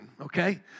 okay